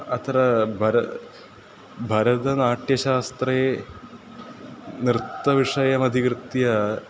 अत्र भारः भरतनाट्यशास्त्रे नृत्तविषयमधिकृत्य